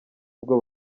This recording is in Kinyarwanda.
bwo